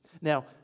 Now